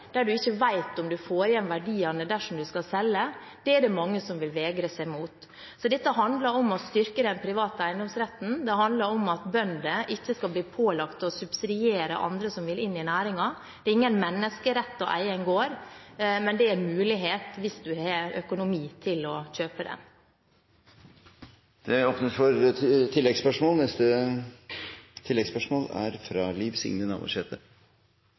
der en ikke vet om en får igjen verdiene dersom en skal selge, er det mange som vil vegre seg for. Dette handler om å styrke den private eiendomsretten, det handler om at bønder ikke skal bli pålagt å subsidiere andre som vil inn i næringen. Det er ingen menneskerett å eie en gård, men det er en mulighet hvis en har økonomi til å kjøpe en. Det åpnes for oppfølgingsspørsmål – først Liv Signe Navarsete.